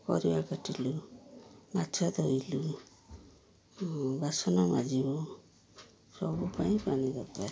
ପରିବା କାଟିଲୁ ମାଛ ଧୋଇଲୁ ବାସନ ମାଜିବୁ ସବୁ ପାଇଁ ପାଣି ଦରକାର